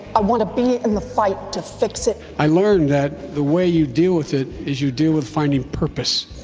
i want to be in the fight to fix it. i learned that the way you deal with it is you deal with finding purpose.